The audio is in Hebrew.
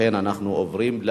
אם כן, אנחנו עוברים להצבעה.